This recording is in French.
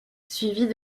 suivis